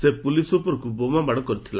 ସେ ପୁଲିସ୍ ଉପରକୁ ବୋମାମାଡ଼ କରିଥିଲା